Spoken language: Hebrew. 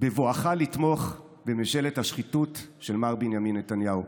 בבואך לתמוך בממשלת השחיתות של מר בנימין נתניהו.